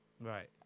Right